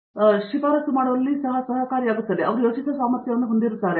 ಆದ್ದರಿಂದ ಇದು ನಂತರ ಶಿಫಾರಸು ಮಾಡುವಲ್ಲಿ ಸಹಕಾರಿಯಾಗುತ್ತದೆ ಅವರು ಯೋಚಿಸುವ ಸಾಮರ್ಥ್ಯವನ್ನು ಹೊಂದಿರುತ್ತಾರೆ